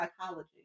psychology